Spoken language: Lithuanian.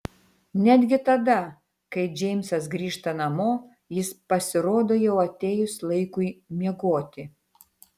netgi tada kai džeimsas grįžta namo jis pasirodo jau atėjus laikui miegoti